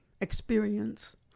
experience